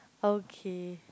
okay